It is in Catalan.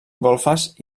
golfes